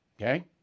okay